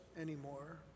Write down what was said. anymore